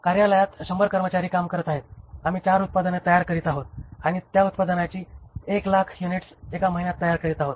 कार्यालयात 100 कर्मचारी काम करत आहेत आम्ही 4 उत्पादने तयार करीत आहोत आणि त्या उत्पादनांची 100000 युनिट्स एका महिन्यात तयार करीत आहेत